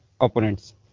opponents